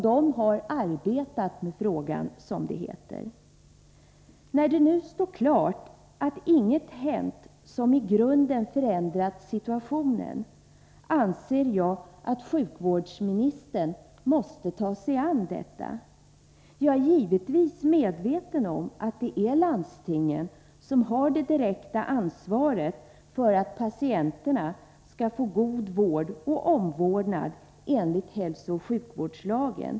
De har arbetat med frågan, som det heter. När det nu står klart att inget hänt, som i grunden förändrat situationen, anser jag att sjukvårdsministern måste ta itu med detta. Jag är givetvis medveten om att det är landstingen som har det direkta ansvaret för att patienterna får god vård och omvårdnad i enlighet med hälsooch sjukvårdslagen.